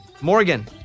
Morgan